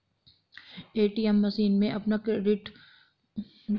ATM machine में अपना debit card उपयोग करते समय I forget my PIN number पर क्लिक करें